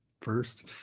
first